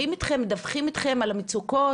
ומדווחים לכם על המצוקות?